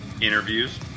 interviews